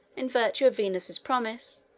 in virtue of venus's promise,